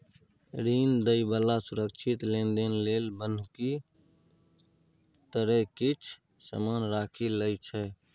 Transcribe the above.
ऋण दइ बला सुरक्षित लेनदेन लेल बन्हकी तरे किछ समान राखि लइ छै